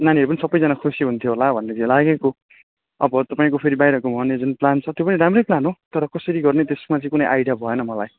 नानीहरू पनि सबैजना खुसी हुन्थ्यो होला भन्ने चाहिँ लागेको अब तपाईँको फेरि बाहिर घुमाउने जुन प्लान छ त्यो पनि राम्रै प्लान हो तर कसरी गर्ने त्यसमा चाहिँ कुनै आइडिया भएन मलाई